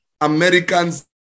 Americans